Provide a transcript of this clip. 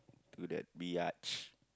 to that biatch